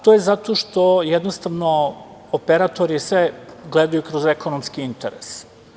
To je zato što jednostavno operatori gledaju sve kroz ekonomski interes.